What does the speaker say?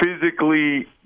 physically